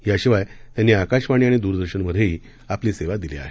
याशिवाय त्यांनी आकाशवाणी आणि दूरदर्शनमधेही आपली सेवा दिली आहे